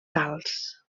calç